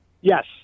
Yes